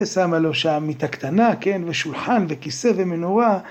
ושמה לו שם מיטה קטנה, כן, ושולחן, וכיסא, ומנורה.